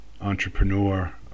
entrepreneur